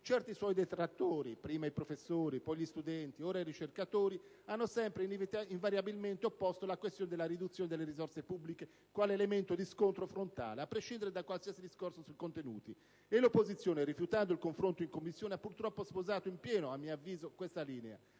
certi suoi detrattori - prima i professori, poi gli studenti, ora i ricercatori - hanno sempre invariabilmente opposto la questione della riduzione delle risorse pubbliche quale elemento di scontro frontale, a prescindere da qualsiasi discorso sui contenuti. E l'opposizione, rifiutando il confronto in Commissione, ha purtroppo, a mio avviso, sposato in